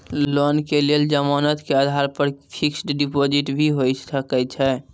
Loan के लेल जमानत के आधार पर फिक्स्ड डिपोजिट भी होय सके छै?